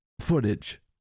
footage